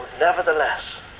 Nevertheless